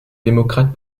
démocrates